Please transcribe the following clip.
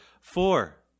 four